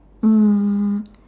mm